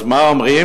אז מה אומרים?